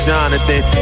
Jonathan